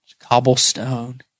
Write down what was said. cobblestone